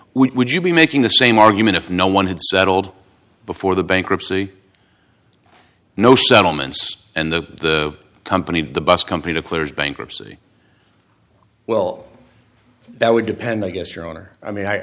we would you be making the same argument if no one had settled before the bankruptcy no settlements and the company the bus company declares bankruptcy well that would depend i guess your honor i mean i